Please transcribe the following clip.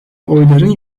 oyların